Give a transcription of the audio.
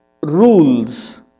rules